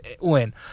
win